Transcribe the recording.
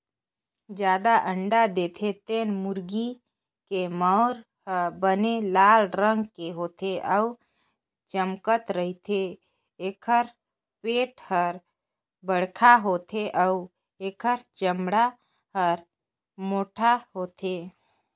जादा अंडा देथे तेन मुरगी के मउर ह बने लाल रंग के होथे अउ चमकत रहिथे, एखर पेट हर बड़खा होथे अउ एखर चमड़ा हर मोटहा होथे